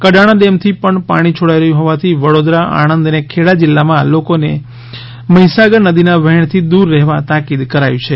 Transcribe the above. Kadana dam થી પણ પાણી છોડાઈ રહ્યું હોવાથી વડોદરા આણંદ અને ખેડા જિલ્લા માં લોકો ને મહીસાગર નદી ના વહેણ થી દૂર રહેવા તાકીદ કરાઇ છે